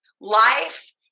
Life